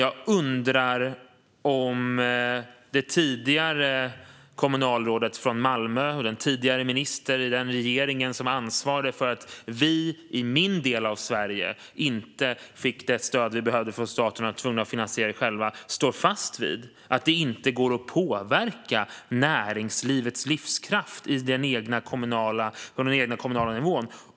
Jag undrar: Står det tidigare kommunalrådet från Malmö - den tidigare ministern i den regering som var ansvarig för att vi i min del av Sverige inte fick det stöd vi behövde från staten utan var tvungna att finansiera det själva - fast vid att det inte går att påverka näringslivets livskraft på den egna kommunala nivån?